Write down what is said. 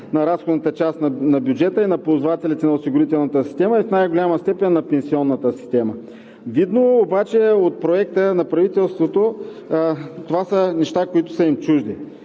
на разходната част на бюджета и на ползвателите на осигурителната система и в най-голяма степен на пенсионната система. Видно обаче от Проекта на правителството, това са неща, които са им чужди.